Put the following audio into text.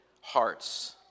hearts